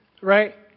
right